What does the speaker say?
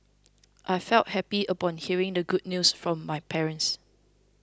I felt happy upon hearing the good news from my parents